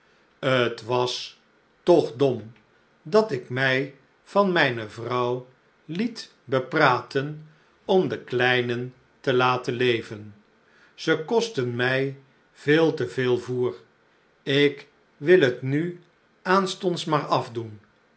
t was toch dom dat ik mij van mijne vrouw liet bepraten om de kleinen te laten leven ze kosten mij veel te veel voêr k wil t nu aanstonds maar afdoen